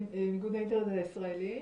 מאיגוד האינטרנט הישראלי.